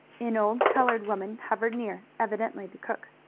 an old colored woman hovered near, evidently the cook.